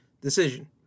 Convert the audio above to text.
decision